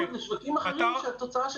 -- בניגוד לשווקים אחרים שבהם התוצאה של